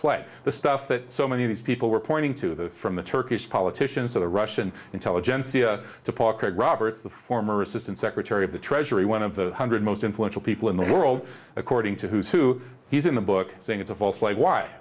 flag the stuff that so many of these people were pointing to the from the turkish politicians to the russian intelligentsia to paul craig roberts the former assistant secretary of the treasury one of the hundred most influential people in the world according to who's who he's in the book saying it's a false light why